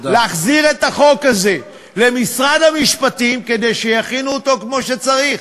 ולהחזיר את החוק הזה למשרד המשפטים כדי שיכינו אותו כמו שצריך,